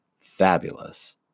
fabulous